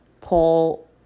Paul